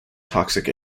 toxic